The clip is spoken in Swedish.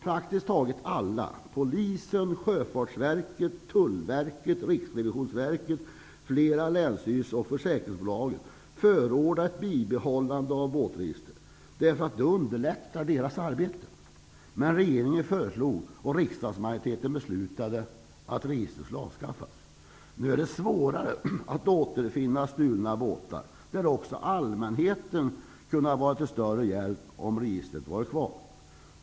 Praktiskt taget alla -- Riksrevisionsverket, flera länsstyrelser och försäkringsbolagen -- förordade ett bibehållande av båtregistret, därför att det underlättade deras arbete. Men regeringen föreslog och riksdagsmajoriteten beslutade att registret skulle avskaffas. Nu blir det svårare att återfinna stulna båtar, där också allmänheten hade kunnat vara till större hjälp om registret hade varit kvar.